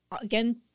again